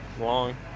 long